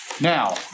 now